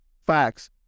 Facts